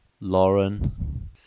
Lauren